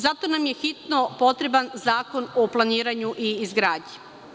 Zato nam je hitno potreban zakon o planiranju i izgradnji.